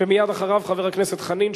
מייד אחריו, חבר הכנסת חנין.